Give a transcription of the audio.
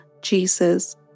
Jesus